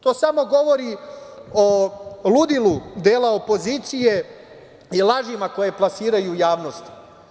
To samo govori o ludilu dela opozicije i lažima koje plasiraju u javnosti.